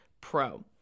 pro